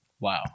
Wow